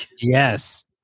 yes